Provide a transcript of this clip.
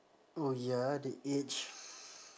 oh ya the age